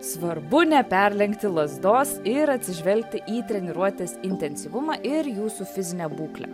svarbu neperlenkti lazdos ir atsižvelgti į treniruotės intensyvumą ir jūsų fizinę būklę